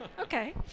Okay